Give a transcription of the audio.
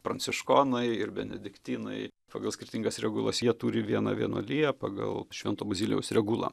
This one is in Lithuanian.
pranciškonai ir benediktinai pagal skirtingas regulas jie turi vieną vienuoliją pagal švento bazilijaus regulą